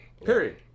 Period